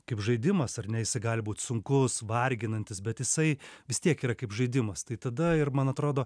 kaip žaidimas ar ne jisai gali būt sunkus varginantis bet jisai vis tiek yra kaip žaidimas tai tada ir man atrodo